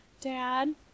dad